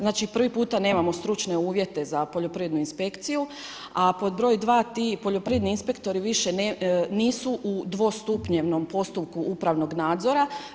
Znači prvi puta nemamo stručne uvjete za poljoprivrednu inspekciju a pod broj dva ti poljoprivredni inspektori nisu u dvostupnjevnom postupku upravnog nadzora.